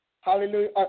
Hallelujah